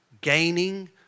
gaining